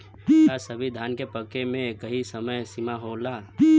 का सभी धान के पके के एकही समय सीमा होला?